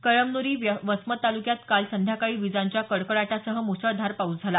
कळमन्री वसमत ताल्क्यात काल संध्याकाळी विजांच्या कडकडाटासह मुसळधार पाऊस झाला